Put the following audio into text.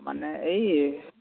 মানে এই